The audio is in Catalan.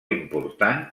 important